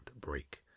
break